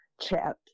chat